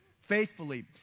Faithfully